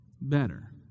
better